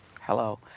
Hello